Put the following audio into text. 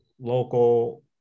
local